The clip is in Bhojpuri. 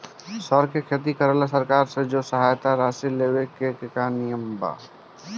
सर के खेती करेला सरकार से जो सहायता राशि लेवे के का नियम बा?